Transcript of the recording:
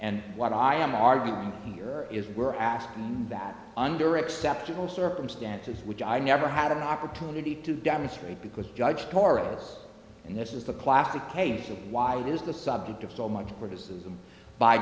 and what i am arguing here is we're asking that under exceptional circumstances which i never had an opportunity to demonstrate because judge charles and this is the classic case of why it is the subject of so much criticism by